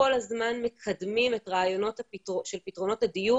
כל הזמן מקדמים את הרעיונות של פתרונות הדיור